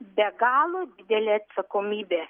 be galo didelė atsakomybė